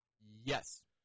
Yes